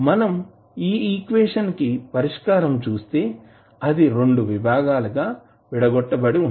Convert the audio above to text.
మనం ఈ ఈక్వేషన్ కి పరిష్కారం చుస్తే అది రెండు విభాగాలుగా విడగొట్టబడి ఉంటుంది